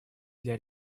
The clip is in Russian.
для